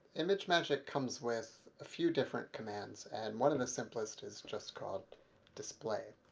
imagemagick comes with a few different commands. and one of the simplest is just called display.